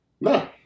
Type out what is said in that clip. no